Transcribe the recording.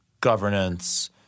governance